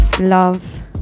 love